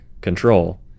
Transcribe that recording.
control